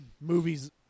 movies